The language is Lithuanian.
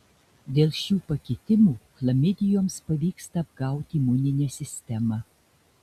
dėl šių pakitimų chlamidijoms pavyksta apgauti imuninę sistemą